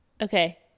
Okay